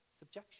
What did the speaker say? subjection